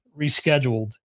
rescheduled